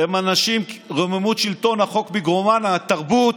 הם אנשים שרוממות שלטון החוק בגרונם, התרבות.